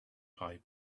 pipe